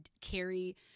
carry